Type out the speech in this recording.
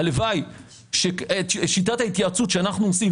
הלוואי - שיטת ההתייעצות שאנו עושים,